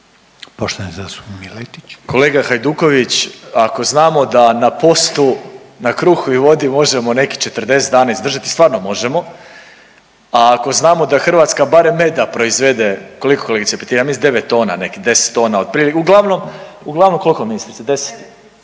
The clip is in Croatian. **Miletić, Marin (MOST)** Kolega Hajduković, ako znamo da na postu, na kruhu i vodi možemo nekih 40 dana izdržati, stvarno možemo a ako znamo da Hrvatska barem meda proizvede koliko kolegice Petir ja mislim 9 tona, nekih 10 tona otprilike. Uglavnom koliko ministrice 10? 9000